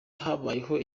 habayeho